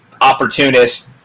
opportunists